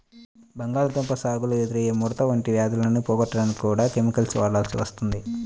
బంగాళాదుంప సాగులో ఎదురయ్యే ముడత వంటి వ్యాధులను పోగొట్టడానికి కూడా కెమికల్స్ వాడాల్సి వస్తుంది